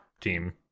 team